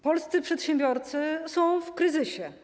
Polscy przedsiębiorcy są w kryzysie.